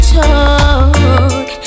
talk